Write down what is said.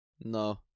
No